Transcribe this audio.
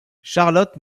charlotte